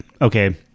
okay